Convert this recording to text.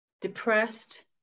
Depressed